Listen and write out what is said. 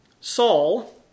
Saul